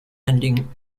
ending